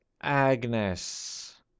Agnes